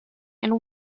and